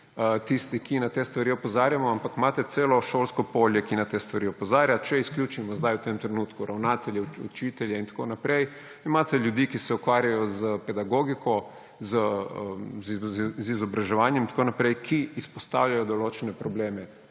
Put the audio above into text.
tisti, ki na te stvari opozarjamo, ampak imate celo šolsko polje, ki na te stvari opozarja, če izključimo zdaj v tem trenutku ravnatelje, učitelje in tako naprej, imate ljudi, ki se ukvarjajo s pedagogiko, z izobraževanjem in tako naprej, ki izpostavljajo določene probleme